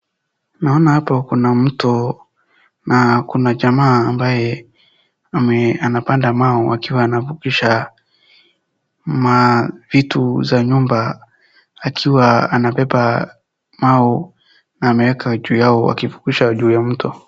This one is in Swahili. Naona hapo kuna mto na kuna jamaa ambaye anapanda mbao wakiwa wanavukisha mavitu za nyumba, akiwa anabeba mbao na ameweka juu yao wakivukisha mto.